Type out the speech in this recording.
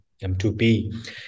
M2P